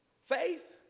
Faith